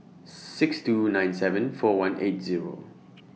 six two nine seven four one eight Zero